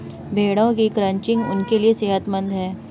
भेड़ों की क्रचिंग उनके लिए सेहतमंद है